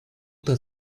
that